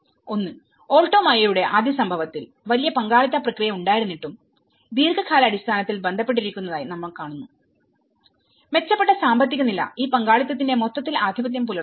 ഒന്ന് ആൾട്ടോ മയോയുടെആദ്യ സംഭവത്തിൽ വലിയ പങ്കാളിത്ത പ്രക്രിയ ഉണ്ടായിരുന്നിട്ടും ദീർഘകാലാടിസ്ഥാനത്തിൽ ബന്ധപ്പെട്ടിരിക്കുന്നതായി നാം കാണുന്നു മെച്ചപ്പെട്ട സാമ്പത്തിക നില ഈ പങ്കാളിത്തത്തിന്റെ മൊത്തത്തിൽ ആധിപത്യം പുലർത്തുന്നു